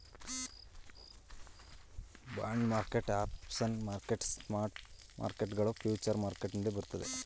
bond market, options market, stock market ಗಳು future market ನಲ್ಲಿ ಬರುತ್ತದೆ